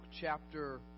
chapter